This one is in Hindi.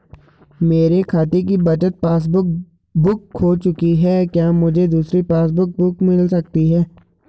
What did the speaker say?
मेरे खाते की बचत पासबुक बुक खो चुकी है क्या मुझे दूसरी पासबुक बुक मिल सकती है?